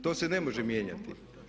To se ne može mijenjati.